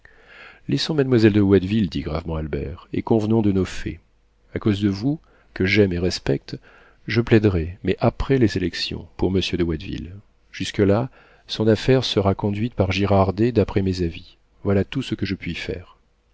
laissons mademoiselle de watteville dit gravement albert et convenons de nos faits a cause de vous que j'aime et respecte je plaiderai mais après les élections pour monsieur de watteville jusque-là son affaire sera conduite par girardet d'après mes avis voilà tout ce que je puis faire